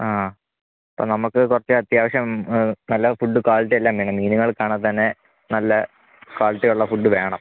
ആ അപ്പം നമുക്ക് കുറച്ച് അത്യാവശ്യം നല്ല ഫൂഡ് ക്വാളിറ്റി എല്ലാം വേണം മീനുകൾക്കാണേ തന്നെ നല്ല ക്വാളിറ്റിയുള്ള ഫുഡ് വേണം